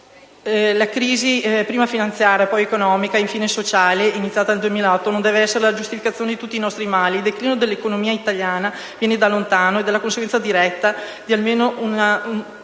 La crisi, prima finanziaria, poi economica ed infine sociale, iniziata nel 2008 non deve essere la giustificazione di tutti i nostri mali. Il declino dell'economia italiana viene da lontano ed è la conseguenza diretta di almeno un decennio